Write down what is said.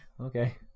okay